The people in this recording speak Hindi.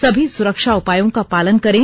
सभी सुरक्षा उपायों का पालन करें